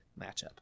matchup